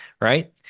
right